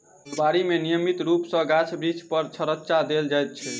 फूलबाड़ी मे नियमित रूप सॅ गाछ बिरिछ पर छङच्चा देल जाइत छै